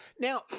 Now